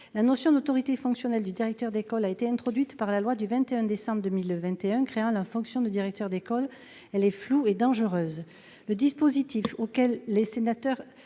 La notion d'autorité fonctionnelle du directeur d'école a été introduite par la loi du 21 décembre 2021 créant la fonction de directrice ou de directeur d'école. Elle est floue et dangereuse.